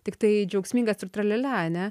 tiktai džiaugsmingas ir tralialia ane